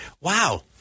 wow